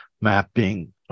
mapping